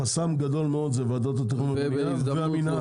חסם גדול מאוד זה ועדות לתכנון הבניה, והמנהל.